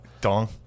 Dong